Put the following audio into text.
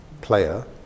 player